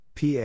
PA